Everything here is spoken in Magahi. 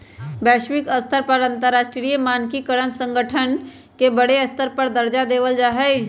वैश्विक स्तर पर अंतरराष्ट्रीय मानकीकरण संगठन के बडे स्तर पर दर्जा देवल जा हई